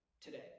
today